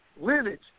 lineage